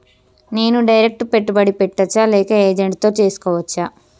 నేను డైరెక్ట్ పెట్టుబడి పెట్టచ్చా లేక ఏజెంట్ తో చేస్కోవచ్చా?